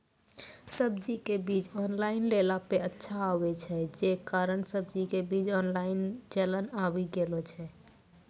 सब्जी के बीज ऑनलाइन लेला पे अच्छा आवे छै, जे कारण सब्जी के बीज ऑनलाइन चलन आवी गेलौ छै?